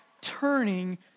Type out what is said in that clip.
turning